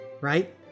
Right